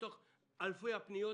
מתוך אלפי הפניות,